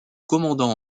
commandant